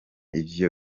ivyo